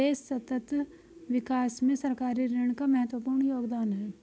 देश सतत विकास में सरकारी ऋण का महत्वपूर्ण योगदान है